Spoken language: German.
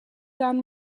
dann